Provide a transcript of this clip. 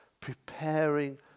preparing